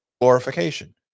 Glorification